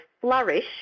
flourish